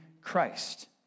Christ